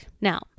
Now